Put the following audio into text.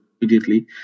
immediately